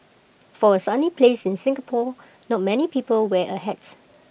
for A sunny place like Singapore not many people wear A hat